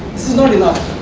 this is not enough,